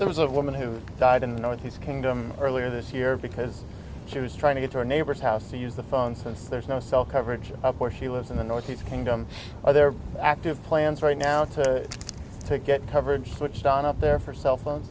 there was a woman who died in the northeast kingdom earlier this year because she was trying to get to a neighbor's house to use the phone since there's no cell coverage of where she lives in the northeast kingdom other active plans right now to take get coverage switched on up there for cell phone